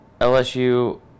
LSU